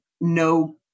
no